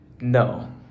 No